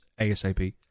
ASAP